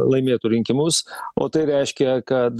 laimėtų rinkimus o tai reiškia kad